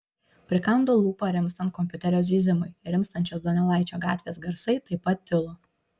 prikando lūpą rimstant kompiuterio zyzimui rimstančios donelaičio gatvės garsai taip pat tilo